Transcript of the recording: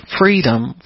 freedom